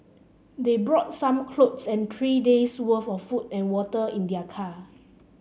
they brought some clothes and three days worth of food and water in their car